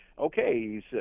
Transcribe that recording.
okay